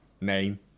name